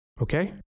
Okay